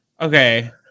Okay